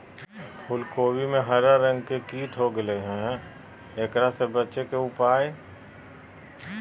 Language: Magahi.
फूल कोबी में हरा रंग के कीट हो गेलै हैं, एकरा से बचे के उपाय?